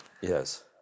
Yes